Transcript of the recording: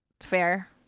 fair